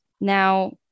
Now